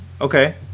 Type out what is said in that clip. Okay